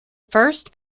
first